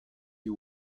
you